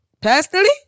personally